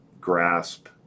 grasp